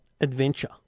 adventure